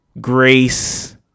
grace